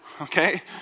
okay